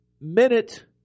minute